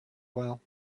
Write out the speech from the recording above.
well